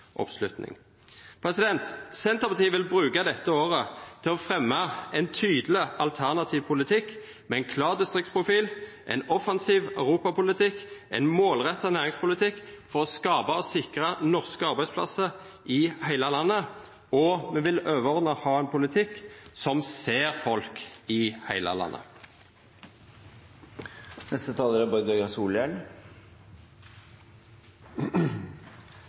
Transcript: tydeleg alternativ politikk med ein klar distriktsprofil, ein offensiv europapolitikk og ein målretta næringspolitikk for å skapa og sikra norske arbeidsplassar i heile landet, og me vil overordna ha ein politikk som ser folk i heile landet.